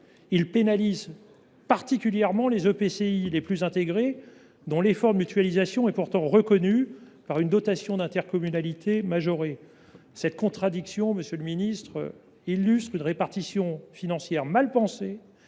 coopération intercommunale (EPCI) les plus intégrés, dont l’effort de mutualisation est pourtant reconnu par une dotation d’intercommunalité majorée. Cette contradiction, monsieur le ministre, illustre une répartition financière mal pensée,